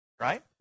right